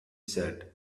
said